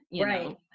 Right